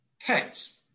pets